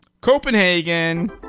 Copenhagen